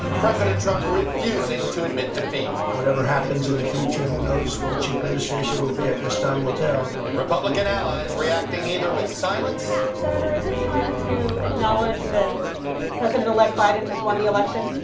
president trump refusing to admit defeat. whatever happens in the future, who knows which administration will be. i guess time will tell. republican allies reacting either with silence senator, is it time to acknowledge that president-elect biden has won the election?